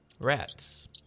Rats